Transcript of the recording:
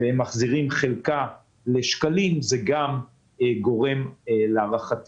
והם מחזירים את חלקה לשקלים זה גם גורם להערכתי